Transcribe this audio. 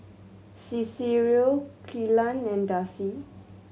Cicero Kelan and Darcy